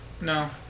no